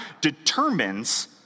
determines